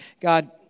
God